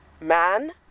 man